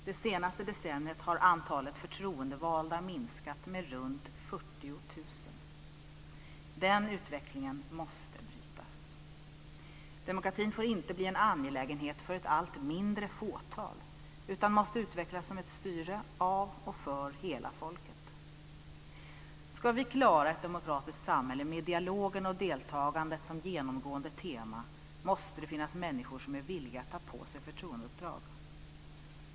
Det senaste decenniet har antalet förtroendevalda minskat med runt 40 000. Den utvecklingen måste brytas. Demokratin får inte bli en angelägenhet för ett allt mindre fåtal utan måste utvecklas som ett styre av och för hela folket. Om vi ska klara ett demokratiskt samhälle med dialogen och deltagandet som genomgående tema, måste det finnas människor som är villiga att ta på sig förtroendeuppdrag.